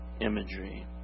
imagery